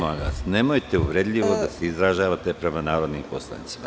Gospođo Judita, nemojte uvredljivo da se izražavate prema narodnim poslanicima.